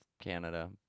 Canada